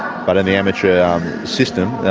but in the amateur system